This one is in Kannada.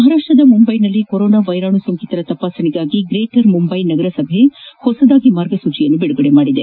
ಮಹಾರಾಷ್ಟದ ಮುಂಬೈನಲ್ಲಿ ಕೊರೋನಾ ವೈರಾಣು ಸೋಂಕಿತರ ತಪಾಸಣೆಗಾಗಿ ಗ್ರೇಟರ್ ಮುಂಬೈ ನಗರಸಭೆ ಹೊಸದಾಗಿ ಮಾರ್ಗಸೂಚಿಯನ್ನು ಬಿಡುಗಡೆ ಮಾಡಿದೆ